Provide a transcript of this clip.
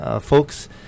folks